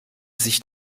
sich